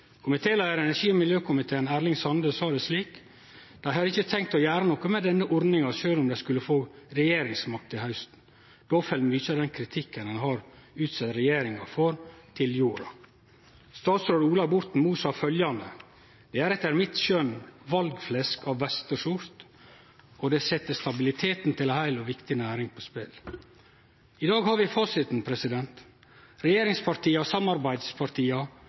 Komitéleiaren i energi- og miljøkomiteen, Erling Sande, sa at «dei ikkje har tenkt å gjere noko med denne ordninga sjølv om dei skulle få regjeringsmakt til hausten. Då fell mykje av den kritikken ein har utsett regjeringa for, til jorda». Statsråd Ola Borten Moe sa følgjande: «Det er etter mitt skjønn valgflesk av verste sort, og det setter stabiliteten til en hel og viktig næring på spill.» I dag har vi fasiten. Regjeringspartia og samarbeidspartia